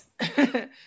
yes